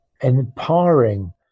empowering